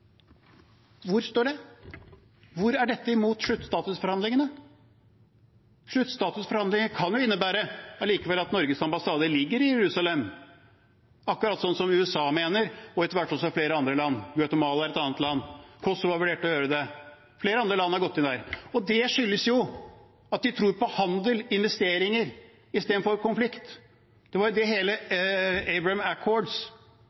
kan jo likevel innebære at Norges ambassade ligger i Jerusalem, akkurat sånn som USA mener, og etter hvert også flere andre land – Guatemala er et annet land. Kosovo har vurdert å gjøre det. Flere andre land har gått inn der. Det skyldes at de tror på handel og investeringer istedenfor konflikt. Det var jo det hele Abraham Accords